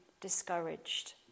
discouraged